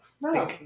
No